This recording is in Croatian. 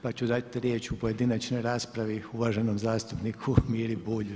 Pa ću dati riječ u pojedinačnoj raspravi uvaženom zastupniku Miri Bulju.